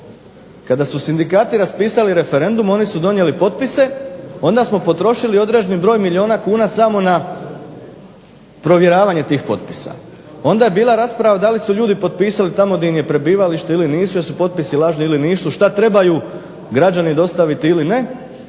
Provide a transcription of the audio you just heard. kada su sindikati raspisali referendum oni su donijeli potpise, onda smo potrošili određeni broj milijuna kuna samo na provjeravanje tih potpisa. Onda je bila rasprava da li su ljudi potpisali tamo di im je prebivalište ili nisu, jesu potpisi lažni ili nisu, šta trebaju građani dostaviti ili ne.